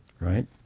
right